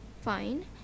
fine